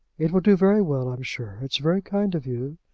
it will do very well i'm sure. it's very kind of you.